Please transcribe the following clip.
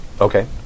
Okay